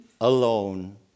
alone